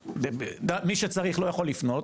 מי שצריך לא יכול לפנות,